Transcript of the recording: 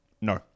No